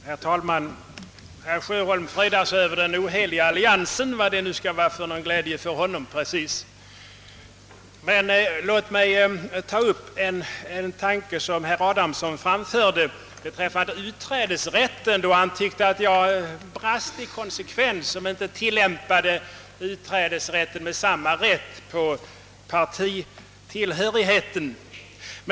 Herr talman! Herr Sjöholm fröjdar sig över den oheliga alliansen — vad det nu kan vara för glädje för honom! Låt mig ta upp ett yttrande av herr Adamsson beträffande utträdesrätten, där han påstår att jag skulle brista i konsekvens genom att inte vilja tillämpa utträdesrätten även beträffande partitillhörighet.